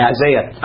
Isaiah